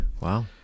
Wow